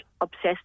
obsessed